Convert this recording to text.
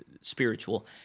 spiritual